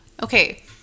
Okay